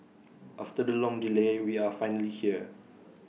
after the long delay we are finally here